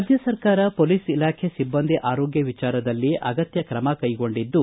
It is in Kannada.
ರಾಜ್ಯ ಸರ್ಕಾರ ಪೊಲೀಸ್ ಇಲಾಖೆ ಸಿಬ್ಲಂದಿ ಆರೋಗ್ಯ ವಿಚಾರದಲ್ಲಿ ಅಗತ್ಯ ಕ್ರಮ ಕೈಗೊಂಡಿದ್ದು